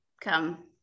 come